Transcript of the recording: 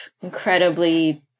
incredibly